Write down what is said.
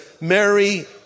Mary